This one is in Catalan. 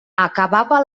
acabava